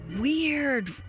weird